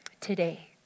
today